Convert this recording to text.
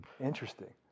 Interesting